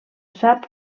sap